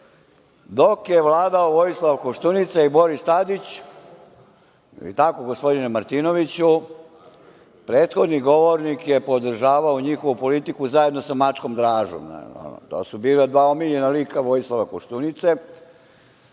dok je vladao Vojislav Koštunica i Boris Tadić, je li tako, gospodine Martinoviću, prethodni govornik je podržavao njihovu politiku zajedno sa mačkom Dražom. To su bila dva omiljena lika Vojislava Koštunice.